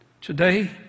Today